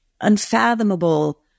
unfathomable